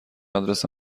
آدرس